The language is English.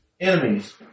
enemies